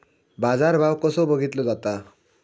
बाजार भाव कसो बघीतलो जाता?